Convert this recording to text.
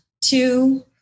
two